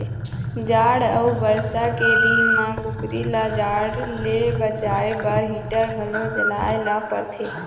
जाड़ अउ बरसा के दिन म कुकरी ल जाड़ ले बचाए बर हीटर घलो जलाए ल परथे